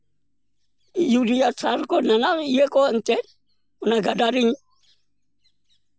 ᱤᱭᱩᱨᱤᱭᱟ ᱥᱟᱨ ᱠᱚ ᱱᱟᱱᱟ ᱤᱭᱟᱹ ᱠᱚ ᱮᱱᱛᱮᱜ ᱚᱱᱟ ᱜᱟᱰᱟᱨᱤᱧ